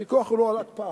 הוויכוח הוא לא על הקפאה.